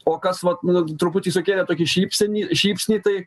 o kas vat nu truputį sukėlė tokį šypsenį šypsnį tai